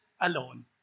alone